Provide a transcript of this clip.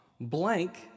Blank